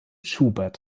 schubert